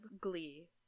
Glee